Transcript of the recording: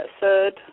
third